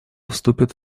вступит